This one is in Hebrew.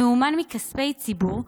הממומן מכספי ציבור,